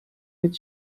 would